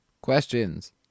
Questions